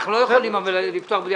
אנחנו לא יכולים אבל לפתוח בזה.